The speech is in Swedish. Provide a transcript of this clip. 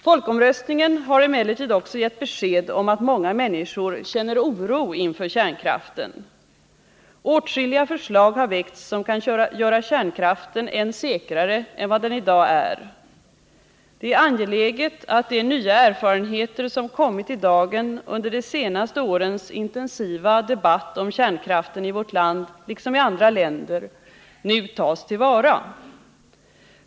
Folkomröstningen har emellertid också gett besked om att många människor känner oro inför kärnkraften. Åtskilliga förslag har väckts som kan göra kärnkraften än säkrare än vad den i dag är. Det är angeläget att de nya erfarenheter som kommit i dagen under de senaste årens intensiva debatt om kärnkraften i vårt land liksom i andra länder nu tas till vara.